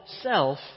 self